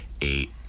eight